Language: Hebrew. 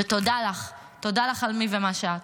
תודה לך, תודה לך על מי ומה שאת.